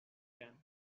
can